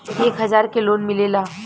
एक हजार के लोन मिलेला?